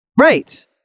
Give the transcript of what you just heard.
right